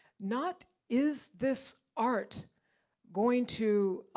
not is this art going to